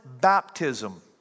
baptism